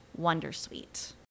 Wondersuite